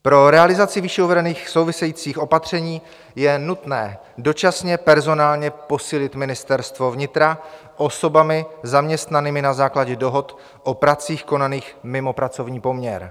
Pro realizaci výše uvedených souvisejících opatření je nutné dočasně personálně posílit Ministerstvo vnitra osobami zaměstnanými na základě dohod o pracích konaných mimo pracovní poměr.